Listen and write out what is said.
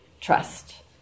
trust